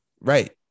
right